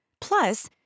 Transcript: Plus